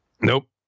Nope